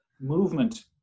movement